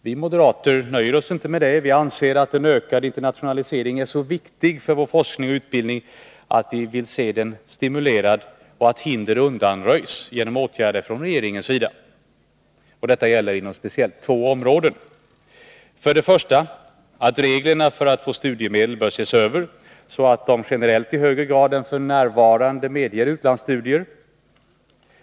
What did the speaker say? Vi moderater nöjer oss inte med detta utan anser att en ökad internationalisering är så viktig för vår forskning och utbildning att vi vill se den stimulerad och önskar att hinder undanröjs genom åtgärder från regeringens sida. Detta gäller inom speciellt två områden. För det första bör reglerna för att få studiemedel ses över, så att de generellt i högre grad än f. n. medger utlandsstudier.